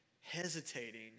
Hesitating